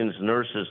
nurses